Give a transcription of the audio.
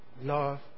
love